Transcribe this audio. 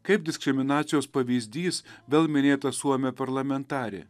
kaip diskriminacijos pavyzdys vėl minėta suomė parlamentarė